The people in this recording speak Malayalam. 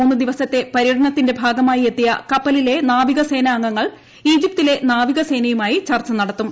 മൂന്ന് ദിവസത്തെ പര്യടനത്തിന്റെ ഭാഗമായി എത്തിയ കപ്പലിലെ നാവികസേനാംഗങ്ങൾ ഈജിപ്തിലെ നാവികസേനയുമായി ചർച്ച നടത്തും